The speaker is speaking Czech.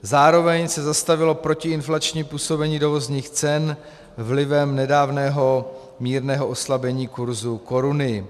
Zároveň se zastavilo protiinflační působení dovozních cen vlivem nedávného mírného oslabení kurzu koruny.